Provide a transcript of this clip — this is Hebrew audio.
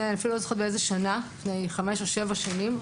לא זוכרת באיזו שנה, לפני 5 או 7 שנים.